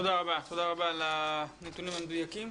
תודה רבה על הנתונים המדויקים.